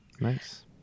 Nice